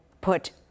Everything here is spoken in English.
put